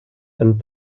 and